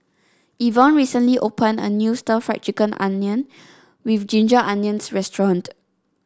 Ivonne recently opened a new stir Fry Chicken onion with Ginger Onions restaurant